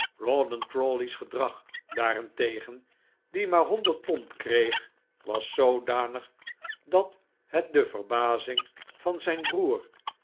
rawdon crawley's gedrag daarentegen die maar honderd pond kreeg was zoodanig dat het de verbazing van zijn broer